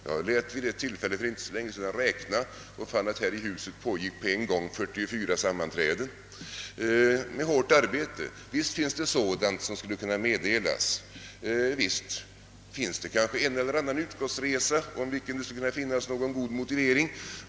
Jag räknade vid ett tillfälle för inte så länge sedan och fann att här i huset pågick på en gång 44 sammanträden med hårt arbete. Visst finns det sådant som skulle kunna meddelas. Visst förekommer utskottsresor för vilka det skulle kunna anföras någon god motivering.